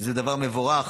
שזה דבר מבורך.